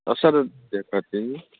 અસર જ નથી દેખાતી